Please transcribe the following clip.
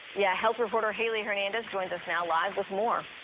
yeah health reporter haley hernandez joins us ah live with more.